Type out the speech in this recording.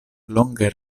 longe